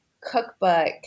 cookbook